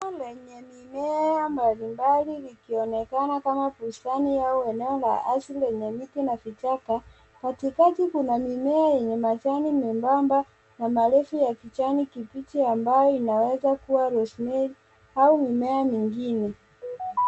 Shamba lenye mimea mbalimbali likionekana kama bustani au eneo la asili lenye miti na vichaka. Katikati kuna mimea yenye majani membamba na marefu ya kijani kibichi ambayo inaweza kuwa rosemary au mimea mingine.